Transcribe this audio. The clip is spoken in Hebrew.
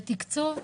ותקצוב,